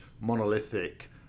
monolithic